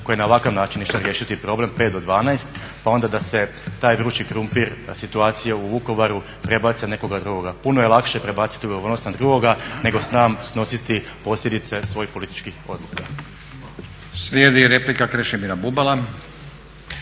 koja je na ovakav način išla riješiti problem, 5 do 12 pa onda da se taj vrući krumpir, situacija u Vukovaru, prebaci na nekoga drugoga. Puno je lakše prebaciti odgovornost na drugoga nego sam snositi posljedice svojih političkih odluka. **Stazić, Nenad (SDP)** Slijedi replika Krešimira Bubala.